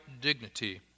dignity